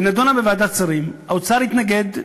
היא נדונה בוועדת שרים, האוצר התנגד,